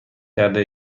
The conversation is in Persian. کرده